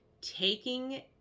Taking